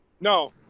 No